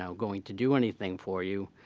so going to do anything for you.